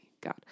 God